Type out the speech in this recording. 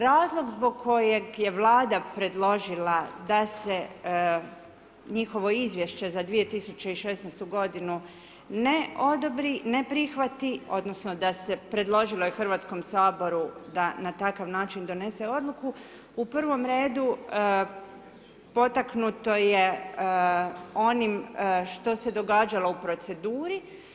Razlog zbog kojeg je Vlada predložila da se njihovo izvješće za 2016. godinu ne odobri, ne prihvati, odnosno da se, predložilo je Hrvatskom saboru da na takav način donese odluku u prvom redu potaknuto je onim što se događalo u proceduri.